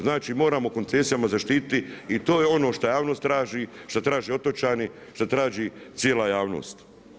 Znači moramo koncesijama zaštiti i to je on što javnost traži, šta traže otočani, šta traži cijela javnost.